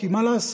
כי מה לעשות,